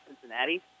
Cincinnati